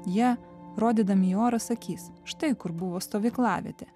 jie rodydami į orą sakys štai kur buvo stovyklavietė